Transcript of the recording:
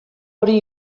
hori